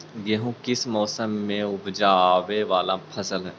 गेहूं किस मौसम में ऊपजावे वाला फसल हउ?